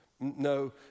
No